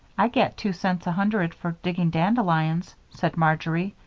i get two cents a hundred for digging dandelions, said marjory,